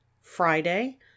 Friday